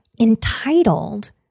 entitled